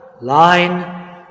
line